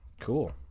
Cool